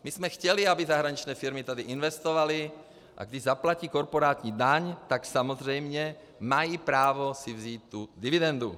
My jsme chtěli, aby tady zahraniční firmy investovaly, a když zaplatí korporátní daň, tak samozřejmě mají právo si vzít tu dividendu.